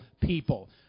people